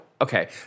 okay